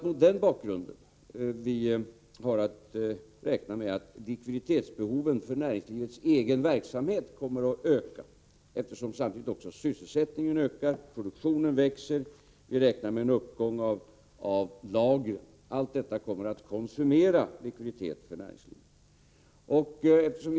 Mot den bakgrunden har vi att räkna med att likviditetsbehoven för näringslivets egen verksamhet kommer att öka. Samtidigt ökar ju även sysselsättningen. Dessutom växer produktionen. Vi räknar således med en uppgång i fråga om lagren. Allt detta kommer att konsumera likviditet för näringslivets del.